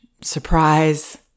surprise